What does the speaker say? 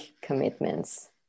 commitments